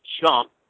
jump